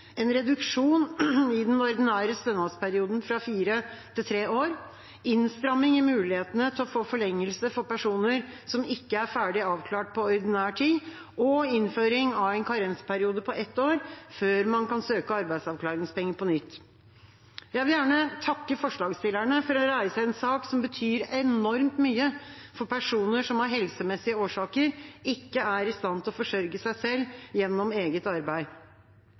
en reduksjon i den ordinære stønadsperioden fra fire til tre år, innstramming i mulighetene til å få forlengelse for personer som ikke er ferdig avklart på ordinær tid, og innføring av en karensperiode på ett år før man kan søke arbeidsavklaringspenger på nytt. Jeg vil gjerne takke forslagsstillerne for å reise en sak som betyr enormt mye for personer som av helsemessige årsaker ikke er i stand til å forsørge seg selv gjennom eget arbeid.